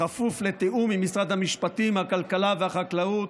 כפוף לתיאום עם משרד המשפטים, הכלכלה והחקלאות,